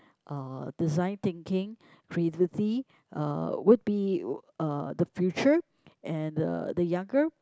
uh design thinking creativity uh would be uh the future and the the younger